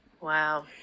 wow